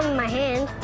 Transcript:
my hand.